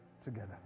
together